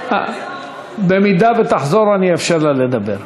אם תחזור, אני אאפשר לה לדבר.